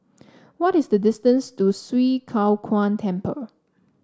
what is the distance to Swee Kow Kuan Temple